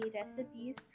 recipes